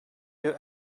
you